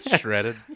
Shredded